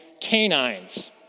canines